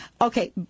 Okay